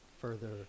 further